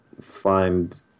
find